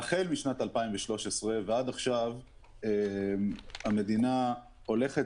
החל משנת 2013 ועד עכשיו המדינה הולכת